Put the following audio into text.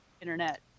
internet